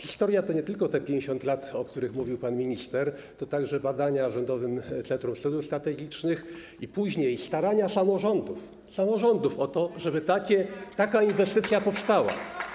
Historia to nie tylko te 50 lat, o których mówił pan minister, to także badania w Rządowym Centrum Studiów Strategicznych i późniejsze starania samorządów o to, żeby taka inwestycja powstała.